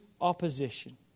opposition